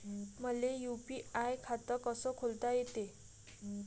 मले यू.पी.आय खातं कस खोलता येते?